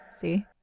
See